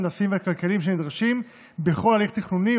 ההנדסיים והכלכליים הנדרשים בכל הליך תכנוני,